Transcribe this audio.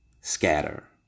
scatter